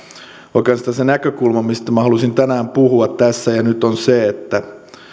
oikeastaan se näkökulma mistä halusin tänään puhua tässä ja nyt on se että